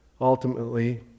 Ultimately